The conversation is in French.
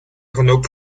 journaux